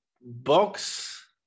box